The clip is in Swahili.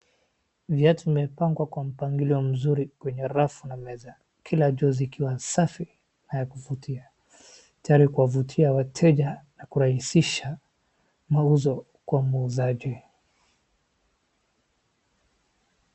Viatu imepangwa kwa mpangilio mzuri kwenye rafu na meza, kila juu zikiwa safi na ya kuvutia. Tayari kuwavutia wateja na kurahisisha mauzo kwa muuzaji.